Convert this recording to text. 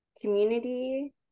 community